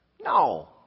No